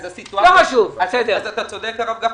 אתה צודק, הרב גפני.